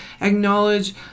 acknowledge